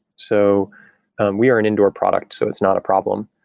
so we are an indoor product. so it's not a problem.